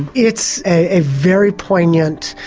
it's a very poignant,